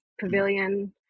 pavilion